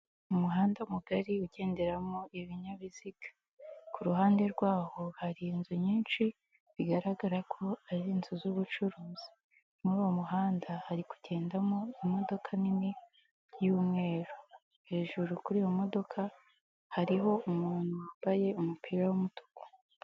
Umuhanda mugari ugenderamo ibinyabiziga, ku ruhande rwaho hari inzu nyinshi, bigaragara ko ari inzu z'ubucuruzi, muri uwo muhanda hari kugendamo imodoka nini y'umweru, hejuru kuri iyo modoka hariho umuntu wambaye umupira w'umutuku.